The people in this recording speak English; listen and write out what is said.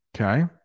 okay